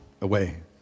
away